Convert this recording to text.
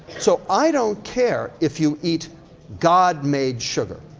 so, i don't care if you eat god-made sugar.